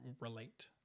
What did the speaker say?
relate